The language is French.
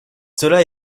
cela